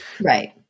Right